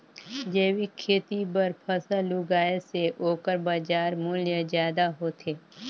जैविक खेती बर फसल उगाए से ओकर बाजार मूल्य ज्यादा होथे